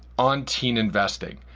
on teen investing.